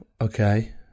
okay